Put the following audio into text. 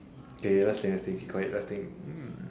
okay let's think let's think keep quiet let's think mm